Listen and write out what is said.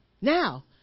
Now